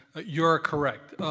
you are correct.